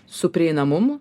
su prieinamumu